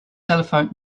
telephoned